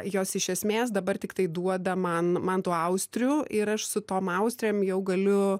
jos iš esmės dabar tiktai duoda man man tų austrių ir aš su tom austrėm jau galiu